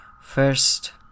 First